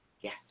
Yes